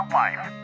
life